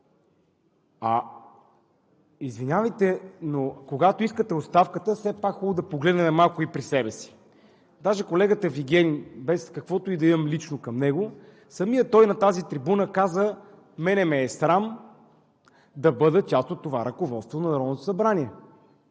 Извинявайте, но когато искате оставката, все пак е хубаво да погледнем малко и при себе си. Даже колегата Вигенин, без каквото и лично да имам към него, самият той на тази трибуна каза: „Мен ме е срам да бъда част от това ръководство на Народното събрание.“